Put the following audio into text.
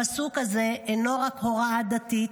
הפסוק הזה אינו רק הוראה דתית,